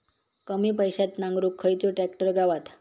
कमी पैशात नांगरुक खयचो ट्रॅक्टर गावात?